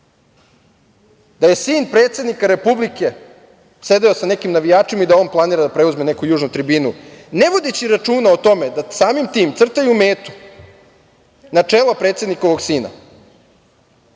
da je sin predsednika Republike sedeo sa nekim navijačima i da on planira da preuzme neku južnu tribinu, ne vodeći računa o tome da samim tim crtaju metu na čelo predsednikovog sina.